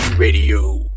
Radio